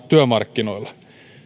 työmarkkinoilla